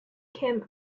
came